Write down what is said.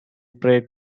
pray